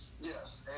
Yes